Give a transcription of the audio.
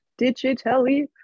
digitally